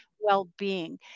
well-being